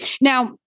Now-